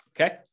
Okay